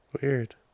weird